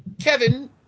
Kevin